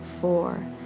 four